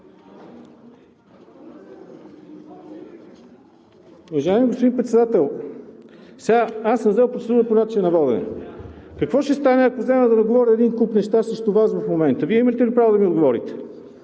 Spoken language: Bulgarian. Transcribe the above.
Уважаеми господин Председател, аз съм взел процедура по начина на водене. Какво ще стане, ако взема да наговоря един куп неща срещу Вас в момента? Вие имате ли право да ми отговорите?